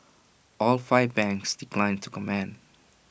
all five banks declined to comment